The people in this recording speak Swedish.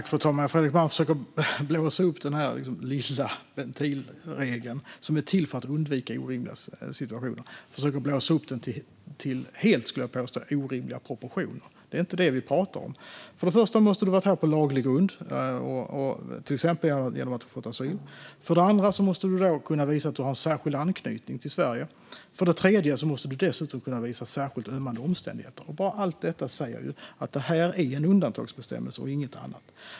Fru talman! Fredrik Malm försöker blåsa upp denna lilla ventilregel, som är till för att undvika orimliga situationer, till helt orimliga proportioner. Det är inte det som vi pratar om. För det första måste det ske på laglig grund, till exempel genom att man har fått asyl. För det andra måste man kunna visa att man har en särskild anknytning till Sverige. För det tredje måste man dessutom kunna visa på särskilt ömmande omständigheter. Allt detta säger att det här är en undantagsbestämmelse och ingenting annat.